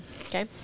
Okay